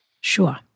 Sure